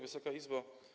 Wysoka Izbo!